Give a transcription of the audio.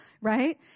Right